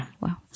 Wow